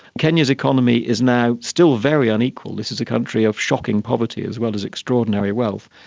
kenya's economy is now still very unequal. this is a country of shocking poverty as well as extraordinary wealth.